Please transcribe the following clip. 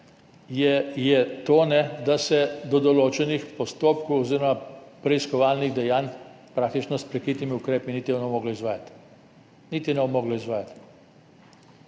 je to, da se določenih postopkov oziroma preiskovalnih dejanj praktično s prikritimi ukrepi niti ne bo moglo izvajati. Niti ne bo moglo izvajati.